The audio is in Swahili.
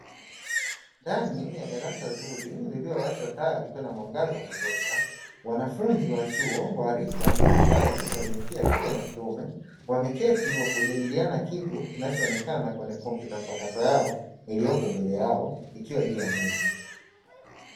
Ndani ya darasa zuri lililowashwa taa likiwa na muangaza wa kutosha. Wanafunzi wa chuo wa rika mbalimbali wa jinsia ya kike na kiume, wameketi kwa kujadiliana kitu kinachoonekena kwenye kompyuta mpakato yao, iliyopo mbele yao ikiwa juu ya meza.